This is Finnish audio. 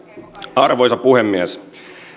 arvoisa puhemies